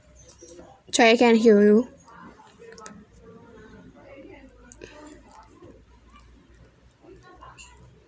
try again hyuru